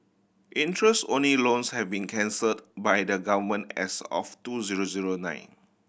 interest only loans have been cancelled by the Government as of two zero zero nine